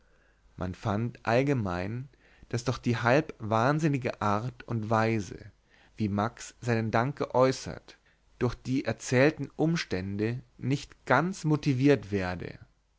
man fand allgemein daß doch die halb wahnsinnige art und weise wie max seinen dank geäußert durch die erzählten umstände nicht ganz motiviert werde